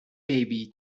baby